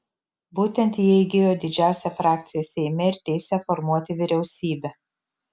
būtent jie įgijo didžiausią frakciją seime ir teisę formuoti vyriausybę